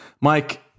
Mike